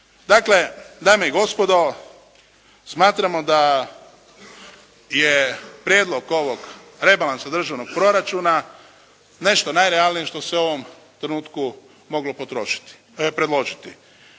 Dakle dame i gospodo smatramo da je prijedlog ovog rebalansa državnog proračuna nešto najrealnije što se u ovom trenutku moglo potrošiti, predložiti.